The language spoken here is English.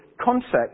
concept